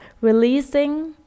releasing